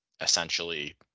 essentially